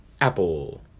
Apple